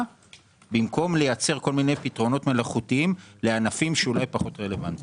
במקום לייצר פתרונות מלאכותיים לענפים שהם אולי פחות רלוונטיים.